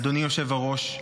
אדוני היושב-ראש,